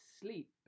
sleep